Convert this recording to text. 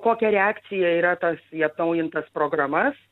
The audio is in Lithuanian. kokia reakcija yra tas į atnaujintas programas